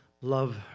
love